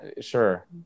Sure